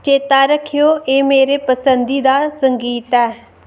चेता रक्खेओ एह् मेरा पसंदी दा संगीत ऐ